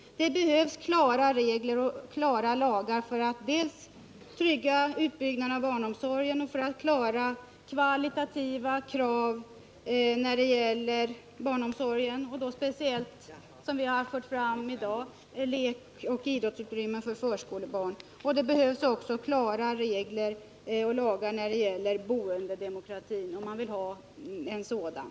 Det behövs klara regler och klara lagar för att trygga utbyggnaden av barnomsorgen och för att klara kvalitativa krav när det gäller barnomsorgen, speciellt det som vi har framfört i dag — lekoch idrottsutrymmen för förskolebarn. Det behövs också klara regler och lagar när det gäller boendedemokratin, om man vill ha en sådan.